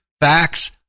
facts